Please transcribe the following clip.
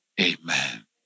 amen